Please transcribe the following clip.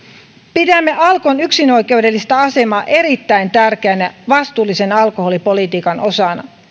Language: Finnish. pidämme alkon yksinoikeudellista asemaa erittäin tärkeänä vastuullisen alkoholipolitiikan osana